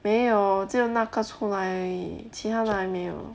没有只有那个出来而已其他的还没有